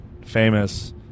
famous